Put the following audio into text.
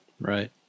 Right